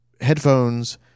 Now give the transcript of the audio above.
headphones